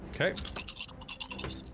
Okay